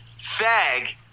Fag